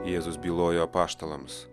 jėzus bylojo apaštalams